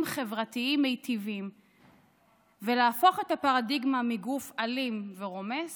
חברתיים מיטיבים ולהפוך את הפרדיגמה מגוף אלים ורומס